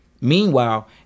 Meanwhile